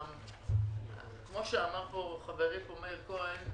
כמו שאמר חברי מאיר כהן,